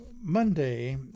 Monday